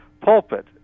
pulpit